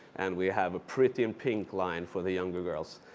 and we have a pretty in pink line for the younger girls.